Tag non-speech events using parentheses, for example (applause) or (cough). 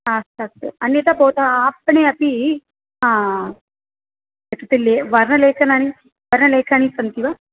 ह अस्तु अस्तु अन्यथा भवतः आपणे अपि (unintelligible) वर्णलेखन्यः वर्णलेखन्यः सन्ति वा